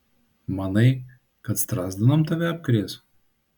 manai kad strazdanom tave apkrės